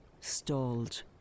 stalled